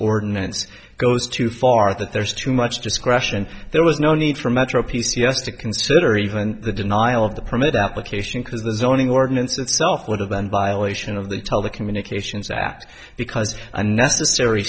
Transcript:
ordinance goes too far that there's too much discretion there was no need for metro p c s to consider even the denial of the permit application because the zoning ordinance itself would have been violation of the telecommunications act because a necessary